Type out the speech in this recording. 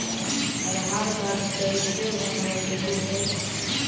आधार card कईसे बनैलहु हे?